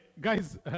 guys